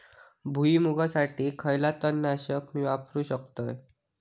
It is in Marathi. भुईमुगासाठी खयला तण नाशक मी वापरू शकतय?